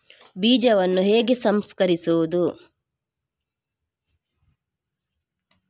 ಬೀಜವನ್ನು ಹೇಗೆ ಸಂಸ್ಕರಿಸುವುದು?